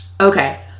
Okay